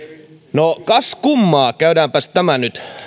no kas kummaa käydäänpäs tämä nyt